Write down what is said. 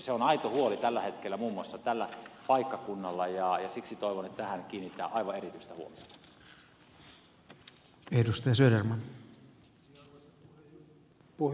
se on aito huoli tällä hetkellä muun muassa tällä paikkakunnalla ja siksi toivon että tähän kiinnitetään aivan erityistä huomiota